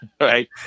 right